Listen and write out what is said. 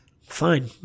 Fine